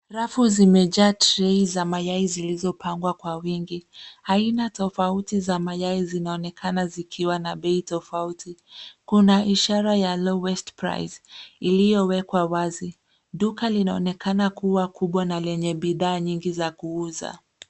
Rafu zimejaa trei ya mayai zilizopangwa kwa wingi. Aina tofauti za mayai zinaonekana zikiwa na bei tofauti. Kuna ishara ya lowest price iliyowekwa wazi. Duka linaonekana kuwa kubwa na lenye bidhaa nyingi za kuuza.